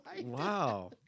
Wow